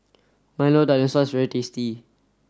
Milo Dinosaur is very tasty